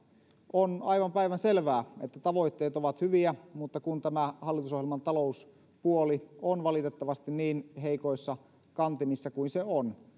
on aivan päivänselvää että tavoitteet ovat hyviä mutta kun tämä hallitusohjelman talouspuoli on valitettavasti niin heikoissa kantimissa kuin se on